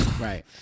Right